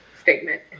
statement